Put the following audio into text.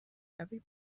every